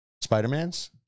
Spider-Man's